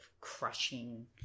crushing